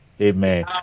Amen